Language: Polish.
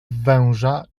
węża